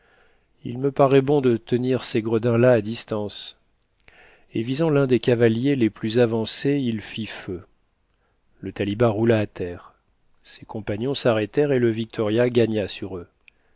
il me paraît bon de tenir ces gredins-là à distance et visant l'un des cavaliers les plus avancés il fit feu le talibas roula à terre ses compagnons s'arrêtèrent et le victoria gagna sur eux